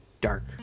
dark